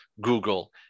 Google